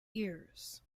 ears